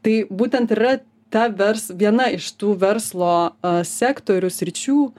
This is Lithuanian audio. tai būtent yra ta vers viena iš tų verslo sektorių sričių